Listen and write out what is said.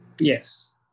Yes